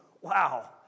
wow